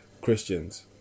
Christians